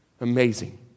Amazing